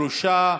שלושה,